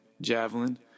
javelin